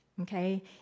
okay